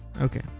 Okay